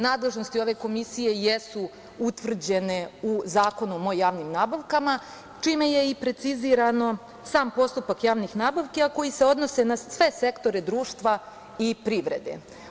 Nadležnosti ove Komisije jesu utvrđene u Zakonu o javnim nabavkama, čime je i preciziran sam postupak javnih nabavki a koji se odnosi na sve sektore društva i privrede.